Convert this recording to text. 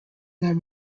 that